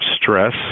stress